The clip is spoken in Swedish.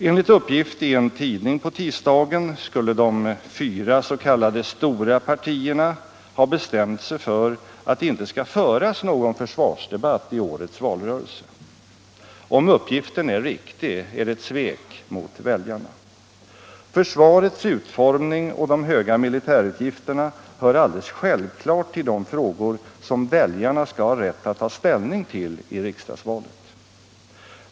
Enligt uppgift i en tidning på tisdagen skulle de fyra s.k. stora partierna ha bestämt sig för att det inte skall föras någon försvarsdebatt i årets valrörelse. Om uppgiften är riktig är det ett svek mot väljarna. Försvarets utformning och de höga militärutgifterna hör alldeles självklart till de frågor som väljarna skall ha rätt att ta ställning till i riksdagsvalet.